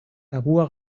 tabua